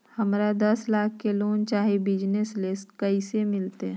हमरा दस लाख के लोन चाही बिजनस ले, कैसे मिलते?